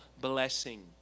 blessing